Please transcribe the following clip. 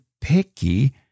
picky